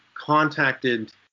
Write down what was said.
contacted